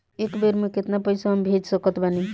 एक बेर मे केतना पैसा हम भेज सकत बानी?